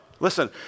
Listen